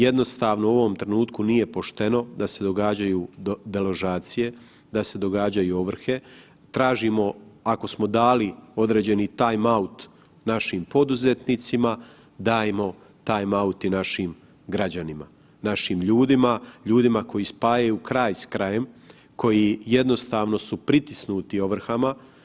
Jednostavno u ovom trenutku nije pošteno da se događaju deložacije, da se događaju ovrhe, tražimo ako smo dali određeni tima out našim poduzetnicima dajmo time out i našim građanima, našim ljudima, ljudima koji spajaju kraj s krajem, koji su jednostavno pritisnuti ovrhama.